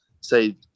say